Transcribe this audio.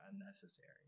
unnecessary